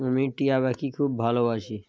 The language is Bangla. আমি টিয়া পাখি খুব ভালোবাসি